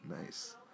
Nice